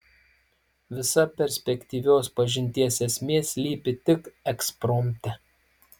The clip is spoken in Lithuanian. visa perspektyvios pažinties esmė slypi tik ekspromte